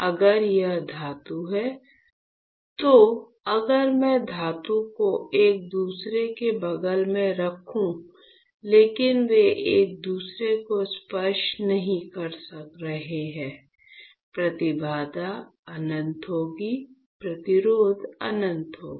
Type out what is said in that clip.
अगर यह धातु है तो अगर मैं धातु को एक दूसरे के बगल में रखूं लेकिन वे एक दूसरे को स्पर्श नहीं कर रहे हैं प्रतिबाधा अनंत होगी प्रतिरोध अनंत होगा